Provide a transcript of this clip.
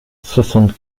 soixante